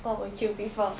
what would you prefer